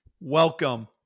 welcome